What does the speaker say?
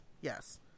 yes